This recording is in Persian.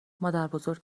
مادربزرگ